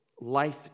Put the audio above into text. life